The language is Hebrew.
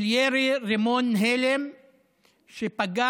של ירי רימון הלם שפגע